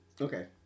Okay